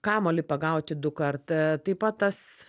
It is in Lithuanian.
kamuolį pagauti dukart taip pat tas